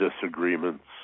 disagreements